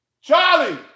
Charlie